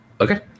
Okay